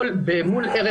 זה.